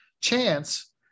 chance